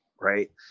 right